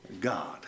God